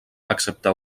excepte